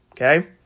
Okay